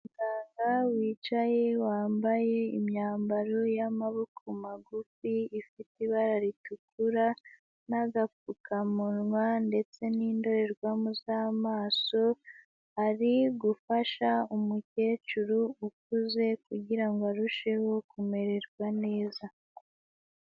Umuganga wicaye wambaye imyambaro y'amaboko magufi, ifite ibara ritukura n'agapfukamunwa ndetse n'indorerwamo z'amaso, ari gufasha umukecuru ukuze kugira ngo arusheho kumererwa neza.